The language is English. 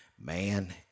Man